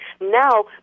now